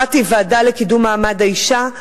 אחת היא הוועדה לקידום מעמד האשה,